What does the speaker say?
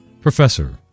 Professor